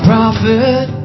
prophet